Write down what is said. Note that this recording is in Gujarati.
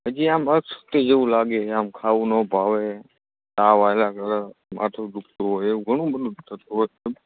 હજી આમ અશક્તિ જેવું લાગે છે આમ ખાવું ના ભાવે તાવ આવ્યા કરે માથું દુઃખતું હોય એવુ ઘણું બધું થતું હોય